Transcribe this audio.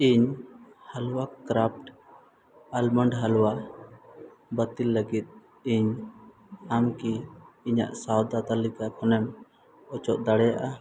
ᱤᱧ halwa craft almond halwa bottle ᱞᱟᱹᱜᱤᱫ ᱤᱧ ᱟᱢᱠᱤ ᱤᱧᱟᱹᱜ ᱥᱟᱣᱫᱟ ᱛᱟᱹᱞᱤᱠᱟ ᱠᱷᱚᱱᱮᱢ ᱚᱪᱚᱜ ᱫᱟᱲᱮᱭᱟᱜᱼᱟ